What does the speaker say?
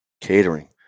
catering